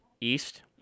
East